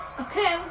Okay